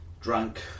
drunk